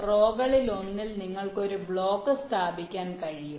റോകളിലൊന്നിൽ നിങ്ങൾക്ക് ഒരു ബ്ലോക്ക് സ്ഥാപിക്കാൻ കഴിയും